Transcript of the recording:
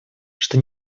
что